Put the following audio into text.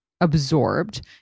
absorbed